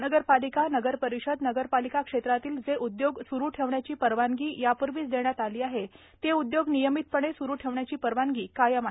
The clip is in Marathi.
महानगरपालिका नगरपरिषद नगरपालिका क्षेत्रातील जे उद्योग स्रू ठेवण्याची परवानगी यापूर्वीच देण्यात आलेली आहे ते उद्योग नियमितपणे स्रू ठेवण्याची परवानगी देण्यात आली आहे